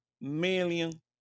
million